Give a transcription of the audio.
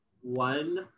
one